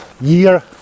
year